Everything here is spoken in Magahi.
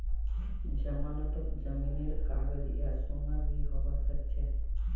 जमानतत जमीनेर कागज या सोना भी हबा सकछे